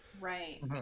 Right